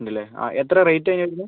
ഉണ്ടല്ലേ അ എത്ര റേറ്റ് അതിന് വരുന്നത്